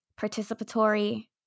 participatory